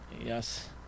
Yes